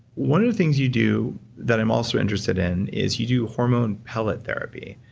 one of the things you do that i'm also interested in is you do hormone pellet therapy.